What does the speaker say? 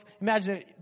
imagine